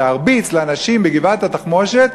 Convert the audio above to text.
להרביץ לאנשים בגבעת-התחמושת,